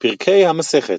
פרקי המסכת